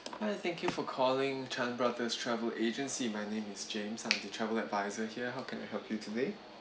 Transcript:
hi thank you for calling chan brothers travel agency my name is james I'm the travel adviser here how can I help you today